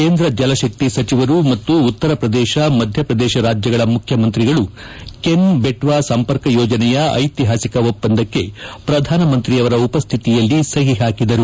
ಕೇಂದ್ರ ಜಲಶಕ್ತಿ ಸಚಿವರು ಮತ್ತು ಉತ್ತರ ಪ್ರದೇಶ ಮಧ್ಯಪ್ರದೇಶ ರಾಜ್ಯಗಳ ಮುಖ್ಯಮಂತ್ರಿಗಳು ಕೆನ್ ಬೆಟ್ಟಾ ಸಂಪರ್ಕ ಯೋಜನೆಯ ಐತಿಹಾಸಿಕ ಒಪ್ಪಂದಕ್ಕೆ ಪ್ರಧಾನಮಂತ್ರಿಯವರ ಉಪಸ್ಥಿತಿಯಲ್ಲಿ ಸಹಿ ಹಾಕಿದರು